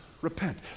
Repent